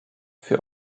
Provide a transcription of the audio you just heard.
für